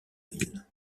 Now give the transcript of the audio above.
ville